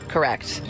Correct